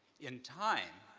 in time,